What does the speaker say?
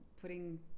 putting